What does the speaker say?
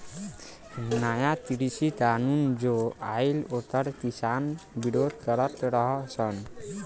नया कृषि कानून जो आइल ओकर किसान विरोध करत रह सन